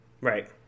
right